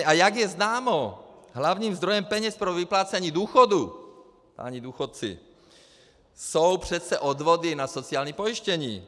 A jak je známo, hlavním zdrojem peněz pro vyplácení důchodů, páni důchodci, jsou přece odvody na sociální pojištění.